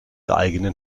eigenen